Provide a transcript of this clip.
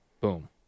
boom